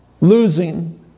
losing